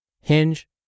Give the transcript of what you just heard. hinge